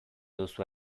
duzu